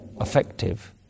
effective